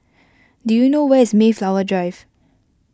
do you know where is Mayflower Drive